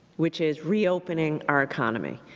which is, reopening our economy.